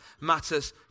matters